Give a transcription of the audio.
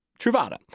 Truvada